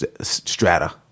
strata